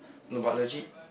no but legit